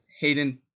Hayden